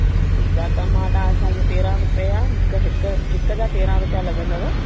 ठीकु आहे त मां तव्हांसां इएं तेरहां रुपिया हिकु हिकु हिकु जा तेरहं रुपिया लॻंदव